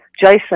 Jason